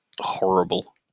horrible